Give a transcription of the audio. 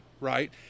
right